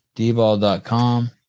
D-ball.com